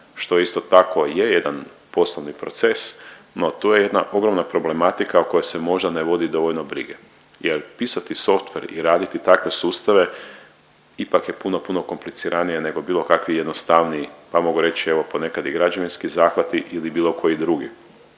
je isto tako je jedan poslovni proces, no to je jedna ogromna problematika o kojoj se možda ne vodi dovoljno brige jer pisati softver i raditi takve sustave ipak je puno puno kompliciranije nego bilo kakvi jednostavniji pa mogu reći evo ponekad i građevinski zahvati ili bilo koji drugi